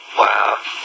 wow